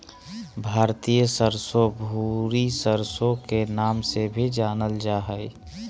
भारतीय सरसो, भूरी सरसो के नाम से भी जानल जा हय